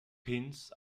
pins